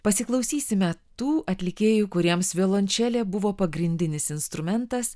pasiklausysime tų atlikėjų kuriems violončelė buvo pagrindinis instrumentas